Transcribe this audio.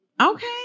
okay